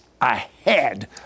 ahead